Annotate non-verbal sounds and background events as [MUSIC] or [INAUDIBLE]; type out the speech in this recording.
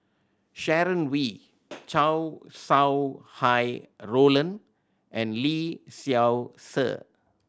Sharon Wee [NOISE] Chow Sau Hai Roland and Lee Seow Ser